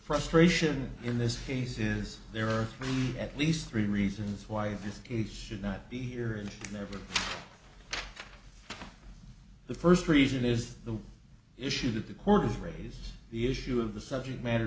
frustration in this case is there are three at least three reasons why this case should not be here and there the first reason is the issue that the court has raised the issue of the subject matter